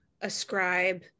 ascribe